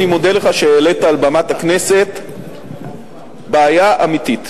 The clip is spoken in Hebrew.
אני מודה לך על שהעלית על במת הכנסת בעיה אמיתית.